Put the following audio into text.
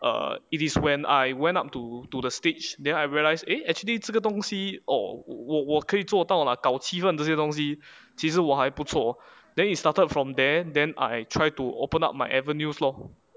err it is when I went up to to the stage then I realise eh actually 这个东西 orh 我我可以做到 lah 搞气氛这些东西其实我还不错 then it started from there then I try to open up my avenues lor